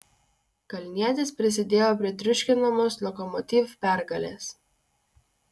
kalnietis prisidėjo prie triuškinamos lokomotiv pergalės